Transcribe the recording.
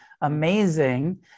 amazing